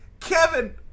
Kevin